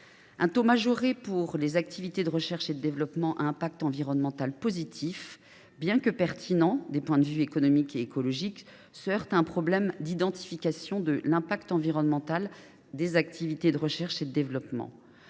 Un taux majoré pour les activités de recherche et développement à impact environnemental positif, bien qu’il soit pertinent des points de vue économique et écologique, se heurte à un problème d’identification de l’impact environnemental des activités de recherche et développement.